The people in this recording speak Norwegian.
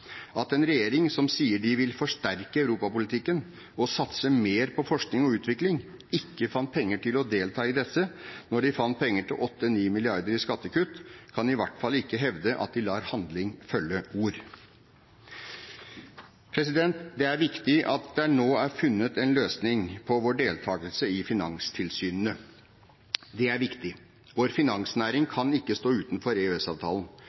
Copernicus-programmet. En regjering som sier de vil forsterke europapolitikken og satse mer på forskning og utvikling, men ikke fant penger til å delta i dette, når de fant penger til 8–9 milliarder i skattekutt, kan i hvert fall ikke hevde at de lar handling følge ord. Det er viktig at det nå er funnet en løsning på vår deltakelse i finanstilsynene. Det er viktig. Vår finansnæring